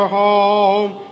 home